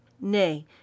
Nay